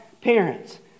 parents